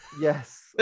Yes